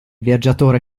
viaggiatore